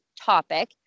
topic